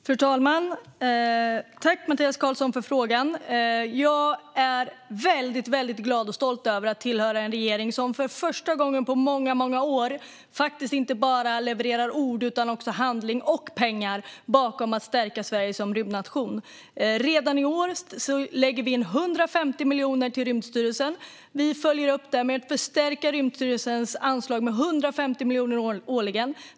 Fru talman! Tack, Mattias Karlsson, för frågan! Jag är väldigt glad och stolt över att tillhöra en regering som för första gången på många år inte levererar bara ord utan också handling och pengar för att stärka Sverige som rymdnation. Redan i år lägger vi in 150 miljoner till Rymdstyrelsen. Vi följer upp detta med att förstärka Rymdstyrelsens anslag med 150 miljoner årligen.